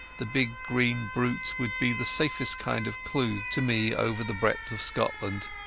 the big green brute would be the safest kind of clue to me over the breadth of scotland.